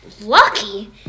lucky